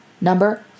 number